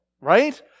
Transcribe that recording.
right